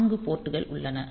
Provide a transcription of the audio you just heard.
4 port கள் உள்ளன